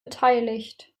beteiligt